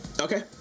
Okay